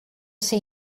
ser